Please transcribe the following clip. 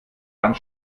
wand